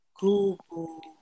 Google